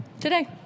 Today